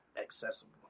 accessible